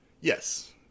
Yes